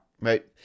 right